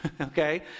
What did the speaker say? okay